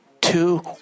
two